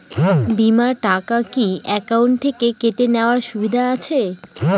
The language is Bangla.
বিমার টাকা কি অ্যাকাউন্ট থেকে কেটে নেওয়ার সুবিধা আছে?